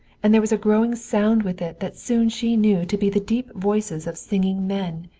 and there was a growling sound with it that soon she knew to be the deep voices of singing men.